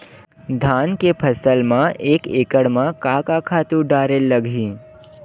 धान के फसल म एक एकड़ म का का खातु डारेल लगही?